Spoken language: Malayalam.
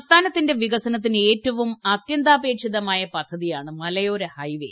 സംസ്ഥാനത്തിന്റെ വികസനത്തിന് ഏറ്റവും അത്യാന്താപേക്ഷിതമായ പദ്ധതിയാണ് മലയോര ഹൈവേ